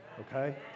Okay